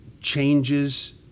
changes